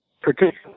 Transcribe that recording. particularly